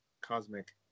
Cosmic